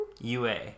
UA